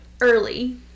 Early